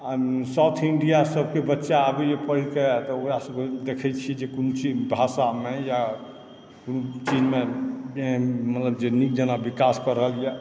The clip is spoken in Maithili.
साउथ इण्डिया सबके बच्चा आबैए पढ़िके तऽ ओकरा सबके देखै छी जे कोनो चीज भाषामे या कोनो चीजमे मतलब जेना नीक जकाँ विकास कए रहल यऽ